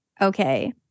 okay